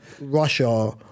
Russia